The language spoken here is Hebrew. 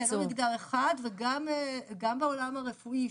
לא מגדר אחד וגם בעולם הרפואי,